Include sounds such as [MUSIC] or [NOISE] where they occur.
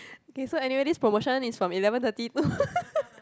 okay so anyway this promotion is from eleven thirty to [LAUGHS]